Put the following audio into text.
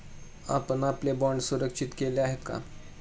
आपण आपले बाँड सुरक्षित केले आहेत का?